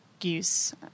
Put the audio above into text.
use